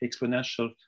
exponential